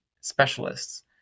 specialists